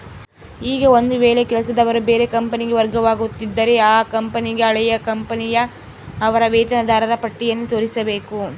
ಈಗ ಒಂದು ವೇಳೆ ಕೆಲಸದವರು ಬೇರೆ ಕಂಪನಿಗೆ ವರ್ಗವಾಗುತ್ತಿದ್ದರೆ ಆ ಕಂಪನಿಗೆ ಹಳೆಯ ಕಂಪನಿಯ ಅವರ ವೇತನದಾರರ ಪಟ್ಟಿಯನ್ನು ತೋರಿಸಬೇಕು